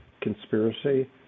conspiracy